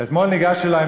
אתמול ניגש אלי,